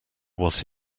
was